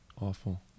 Awful